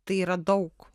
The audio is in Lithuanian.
tai yra daug